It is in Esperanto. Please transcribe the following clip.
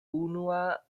unua